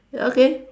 ya okay